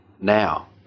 now